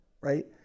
right